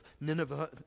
Nineveh